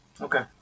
Okay